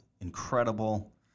incredible